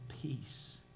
peace